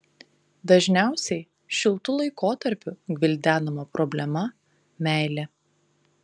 dažniausiai šiltu laikotarpiu gvildenama problema meilė